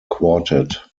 quartet